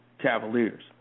Cavaliers